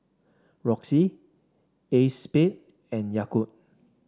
Roxy Acexspade and Yakult